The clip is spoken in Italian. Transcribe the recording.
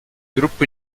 gruppo